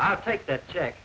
i'll take that check